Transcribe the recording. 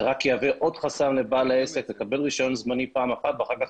זה רק יהווה עוד חסם לבעל העסק לקבל רישיון זמני פעם אחת ואחר כך,